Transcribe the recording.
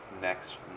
next